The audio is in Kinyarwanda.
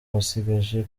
basigaje